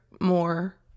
more